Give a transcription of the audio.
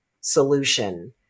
solution